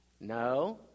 No